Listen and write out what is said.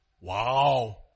wow